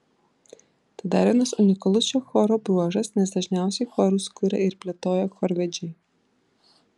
tai dar vienas unikalus šio choro bruožas nes dažniausiai chorus kuria ir plėtoja chorvedžiai